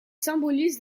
symbolise